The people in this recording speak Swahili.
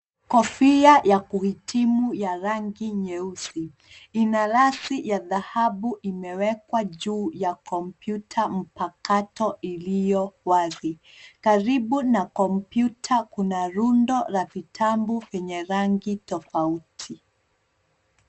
Kofia ya kuhitimu ya rangi nyeusi, ina rasi ya dhahabu imewekwa juu ya kompyuta mpakato iliyo wazi. Karibu na kompyuta kuna rundo la vitabu vyenye rangi tofauti.